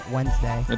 Wednesday